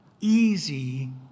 easy